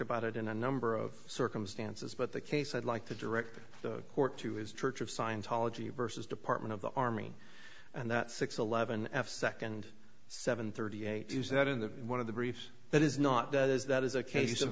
about it in a number of circumstances but the case i'd like to direct the court to his church of scientology versus department of the army and that six eleven f second seven thirty eight you see that in the one of the briefs that is not that is that is a case of